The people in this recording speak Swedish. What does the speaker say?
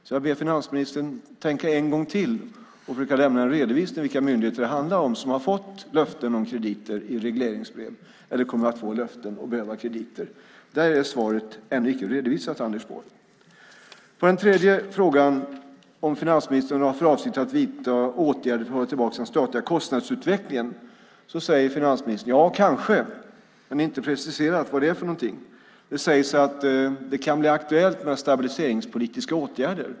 Jag ber därför finansministern att tänka en gång till och lämna en redovisning av vilka myndigheter som fått löfte i regleringsbrev eller kommer att få löfte om krediter. Där är svaret ännu icke redovisat, Anders Borg. På den tredje frågan, om finansministern har för avsikt att vidta åtgärder för att hålla tillbaka den statliga kostnadsutvecklingen, säger finansministern ja, kanske. Det preciseras dock inte vilka dessa är. Det sägs att det kan bli aktuellt med stabiliseringspolitiska åtgärder.